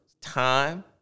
time